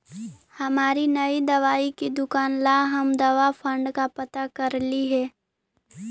हमारी नई दवाई की दुकान ला हम दवा फण्ड का पता करलियई हे